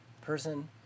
person